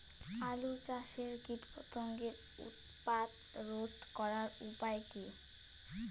আলু চাষের কীটপতঙ্গের উৎপাত রোধ করার উপায় কী?